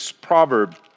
proverb